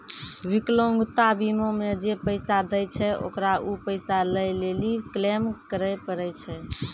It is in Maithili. विकलांगता बीमा मे जे पैसा दै छै ओकरा उ पैसा लै लेली क्लेम करै पड़ै छै